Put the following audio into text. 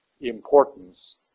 importance